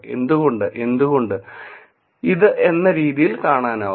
എന്തുകൊണ്ട് എന്തുകൊണ്ട് ഇത് എന്ന രീതിയിൽ കാണാനാകും